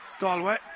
Galway